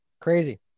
Crazy